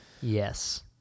Yes